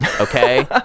okay